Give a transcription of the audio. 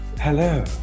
Hello